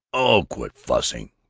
oh, quit fussing!